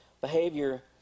behavior